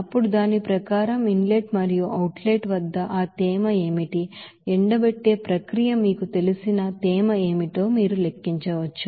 అప్పుడు దాని ప్రకారం ఇన్ లెట్ మరియు అవుట్ లెట్ వద్ద ఆ తేమ ఏమిటి ఎండబెట్టే ప్రక్రియ మీకు తెలిసిన తేమ ఏమిటో మీరు లెక్కించవచ్చు